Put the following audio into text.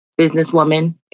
businesswoman